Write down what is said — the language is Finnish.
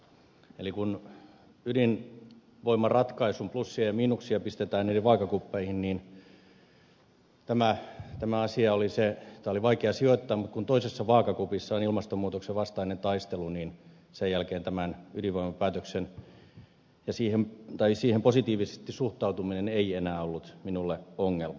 eli kun ydinvoimaratkaisun plussia ja miinuksia pistetään eri vaakakuppeihin tämä asia oli se jota oli vaikea sijoittaa mutta kun toisessa vaakakupissa on ilmastonmuutoksen vastainen taistelu niin sen jälkeen positiivinen suhtautuminen tähän ydinvoimapäätökseen ei enää ollut minulle ongelma